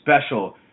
special